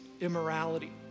immorality